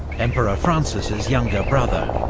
emperor francis's younger brother.